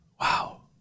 Wow